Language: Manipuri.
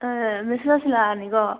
ꯃꯤꯁ ꯔꯣꯁꯅꯥꯅꯤꯀꯣ